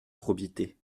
probité